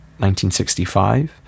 1965